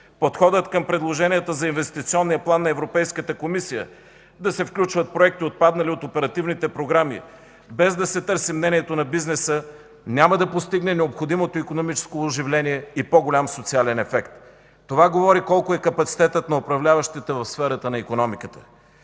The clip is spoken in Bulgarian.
Подходът към предложенията за инвестиционния план на Европейската комисия да се включват проекти, отпаднали от оперативните програми, без да се търси мнението на бизнеса, няма да постигне необходимото икономическо оживление и по-голям социален ефект. Това говори колко е капацитетът на управляващите в сферата на икономиката.